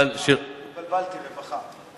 התבלבלתי, רווחה.